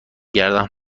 گردم